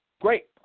Great